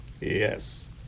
Yes